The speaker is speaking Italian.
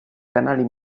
canali